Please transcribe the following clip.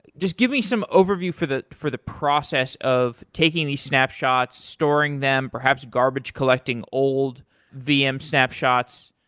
just give me some overview for the for the process of taking these snapshots, storing them, perhaps garbage collecting old vm snapshots,